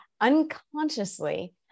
Unconsciously